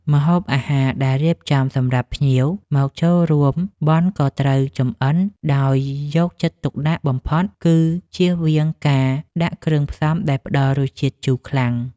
ម្ហូបអាហារដែលរៀបចំសម្រាប់ភ្ញៀវមកចូលរួមបុណ្យក៏ត្រូវចម្អិនដោយយកចិត្តទុកដាក់បំផុត គឺជៀសវាងការដាក់គ្រឿងផ្សំដែលផ្តល់រសជាតិជូរខ្លាំង។